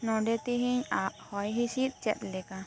ᱱᱚᱰᱮ ᱛᱮᱦᱮᱸᱧ ᱟᱜ ᱦᱚᱭ ᱦᱤᱥᱤᱫ ᱪᱮᱫ ᱞᱮᱠᱟ